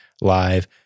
live